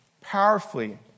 powerfully